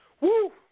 Woo